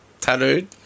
Tattooed